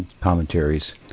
commentaries